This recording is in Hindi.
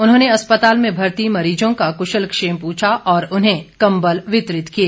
उन्होंने अस्पताल में भर्ती मरीजों का कुशलक्षेम पूछा और उन्हें कम्बल वितरित किए